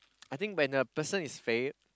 I think when a person is fail